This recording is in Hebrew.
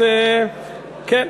כן.